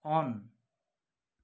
on